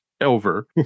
over